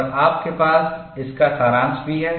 और आपके पास इसका सारांश भी है